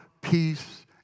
peace